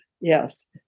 yes